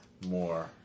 more